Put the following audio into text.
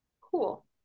cool